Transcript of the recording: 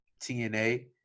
TNA